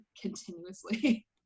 continuously